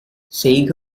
செய்க